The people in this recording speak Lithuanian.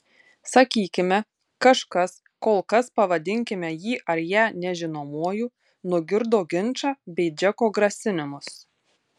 sakykime kažkas kol kas pavadinkime jį ar ją nežinomuoju nugirdo ginčą bei džeko grasinimus